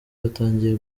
batangiye